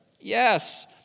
Yes